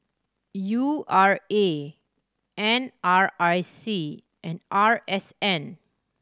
U R A N R I C and R S N